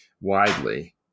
widely